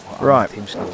Right